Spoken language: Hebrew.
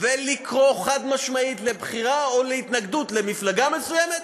ולקרוא חד-משמעית לבחירה או להתנגדות למפלגה מסוימת,